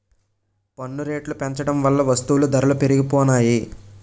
పన్ను రేట్లు పెంచడం వల్ల వస్తువుల ధరలు పెరిగిపోనాయి